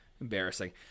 Embarrassing